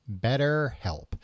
BetterHelp